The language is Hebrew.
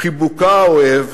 חיבוקה האוהב,